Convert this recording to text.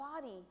body